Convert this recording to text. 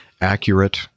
accurate